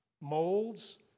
molds